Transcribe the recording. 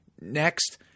Next